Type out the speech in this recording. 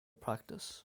practice